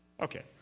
Okay